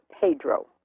Pedro